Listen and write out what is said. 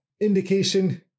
indication